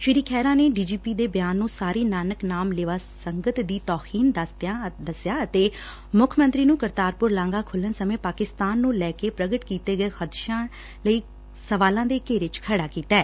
ਸ੍ਰੀ ਖਹਿਰਾ ਨੇ D G P ਦੇ ਬਿਆਨ ਨੂੰ ਸਾਰੀ ਨਾਨਕ ਨਾਮ ਲੇਵਾ ਸੰਗਤ ਦੀ ਤੌਹੀਨ ਦਸਿਆ ਅਤੇ ਮੁੱਖ ਮੰਤਰੀ ਨੂੰ ਕਰਤਾਰਪੁਰ ਲਾਘਾ ਖੁੱਲੁਣ ਸਮੇਂ ਪਾਕਿਸਤਾਨ ਨੂੰ ਲੈ ਕੇ ਪ੍ਗਟ ਕੀਤੇ ਗਏ ਖਦਸ਼ਿਆਂ ਲਈ ਸਵਾਲਾਂ ਦੇ ਘੇਰੇ ਚ ਖੜ੍ਹਾ ਕੀਤਾ ਐ